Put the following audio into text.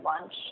lunch